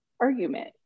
argument